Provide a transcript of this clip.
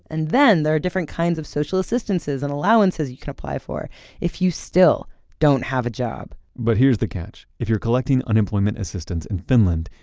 and then, there are different kinds of social assistances and allowances you can apply for if you still don't have a job but here's the catch if you're collecting unemployment assistance in finland,